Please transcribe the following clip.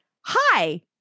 hi